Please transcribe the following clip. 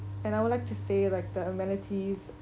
and I would like to say like the amenities